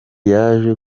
yaje